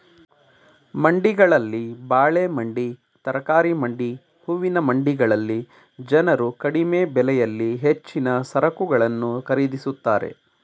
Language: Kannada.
ಮಂಡಿಗಳಲ್ಲಿ ಬಾಳೆ ಮಂಡಿ, ತರಕಾರಿ ಮಂಡಿ, ಹೂವಿನ ಮಂಡಿಗಳಲ್ಲಿ ಜನರು ಕಡಿಮೆ ಬೆಲೆಯಲ್ಲಿ ಹೆಚ್ಚಿನ ಸರಕುಗಳನ್ನು ಖರೀದಿಸುತ್ತಾರೆ